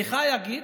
יגיד,